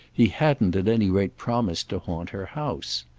he hadn't at any rate promised to haunt her house.